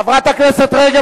חברת הכנסת רגב,